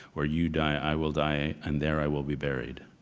where you die, i will die and there i will be buried.